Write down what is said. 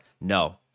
No